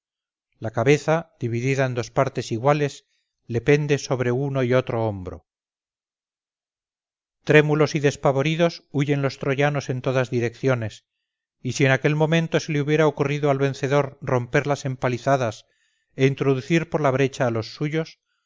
la cabeza dividida en dos partes iguales le pende sobre uno y otro hombro trémulos y despavoridos huyen los troyanos en todas direcciones y si en aquel momento se le hubiera ocurrido al vencedor romper las empalizadas e introducir por la brecha a los suyos